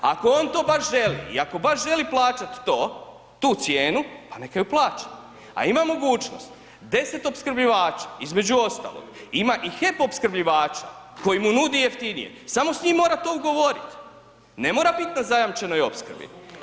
Ako on to baš želi i ako baš želi plaćat to, tu cijenu, pa neka ju plaća a ima mogućnost 10 opskrbljivača između ostalog, ima i HEP opskrbljivače koji mu nudi jeftinije, samo s njim mora to ugovorit, ne mora bit na zajamčenoj opskrbi.